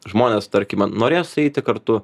žmonės tarkime norės eiti kartu